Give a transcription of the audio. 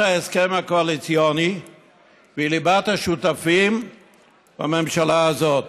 ההסכם הקואליציוני וליבת השותפים בממשלה הזאת.